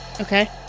Okay